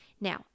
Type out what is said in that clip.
Now